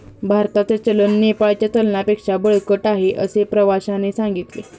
भारताचे चलन नेपाळच्या चलनापेक्षा बळकट आहे, असे प्रवाश्याने सांगितले